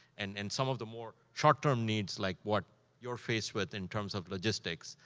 and and some of the more short-term needs, like what you're faced with in terms of logistics.